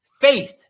faith